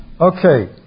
Okay